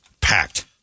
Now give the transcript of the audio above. Packed